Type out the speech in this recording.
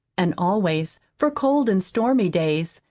and always, for cold and stormy days,